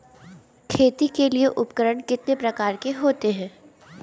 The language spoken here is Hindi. खेती के लिए उपकरण कितने प्रकार के होते हैं?